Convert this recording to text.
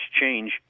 change